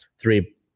three